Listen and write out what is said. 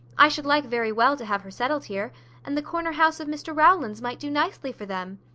i should like very well to have her settled here and the corner-house of mr rowland's might do nicely for them.